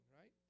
right